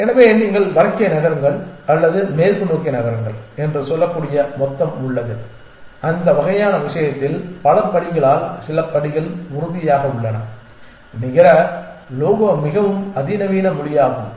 எனவே நீங்கள் வடக்கே நகருங்கள் அல்லது மேற்கு நோக்கி நகருங்கள் என்று சொல்லக்கூடிய மொத்தம் உள்ளது அந்த வகையான விஷயத்தில் பல படிகளால் சில படிகள் உறுதியாக உள்ளன நிகர லோகோ மிகவும் அதிநவீன மொழியாகும்